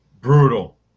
Brutal